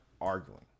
arguing